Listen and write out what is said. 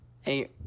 Hey